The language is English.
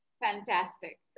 Fantastic